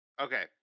Okay